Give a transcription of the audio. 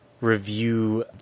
review